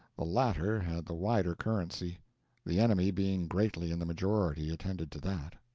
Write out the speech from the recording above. the latter had the wider currency the enemy, being greatly in the majority, attended to that.